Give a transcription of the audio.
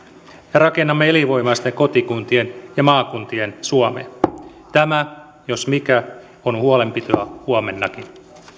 ja rakennamme elinvoimaisten kotikuntien ja maakuntien suomea tämä jos mikä on huolenpitoa huomennakin